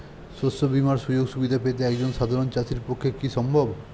শস্য বীমার সুযোগ সুবিধা পেতে একজন সাধারন চাষির পক্ষে কি সম্ভব?